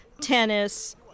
tennis